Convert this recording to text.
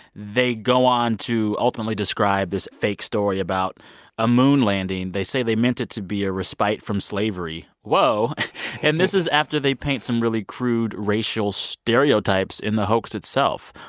they go on to ultimately describe this fake story about a moon landing. they say they meant it to be a respite from slavery whoa and this is after they paint some really crude racial stereotypes in the hoax itself.